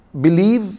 believe